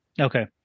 okay